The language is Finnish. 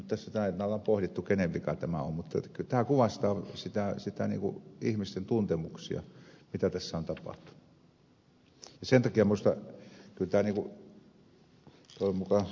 tässä tänä iltana on pohdittu kenen vika tämä on mutta tämä kuvastaa niitä ihmisten tuntemuksia siitä mitä tässä on tapahtunut